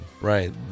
right